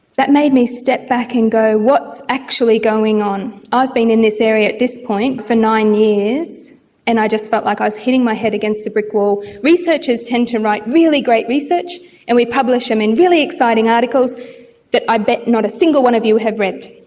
that made me step back and go what's actually going on? i've been in this area at this point for nine years and i just felt like i was hitting my head against a brick wall. researchers tend to write really great research and we publish them in really exciting articles that i bet not a single one of you have read.